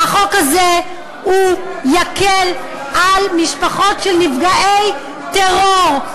החוק הזה יקל על משפחות של נפגעי טרור,